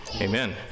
Amen